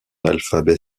alphabet